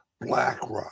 BlackRock